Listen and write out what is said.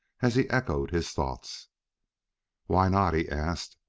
as he echoed his thoughts why not? he asked.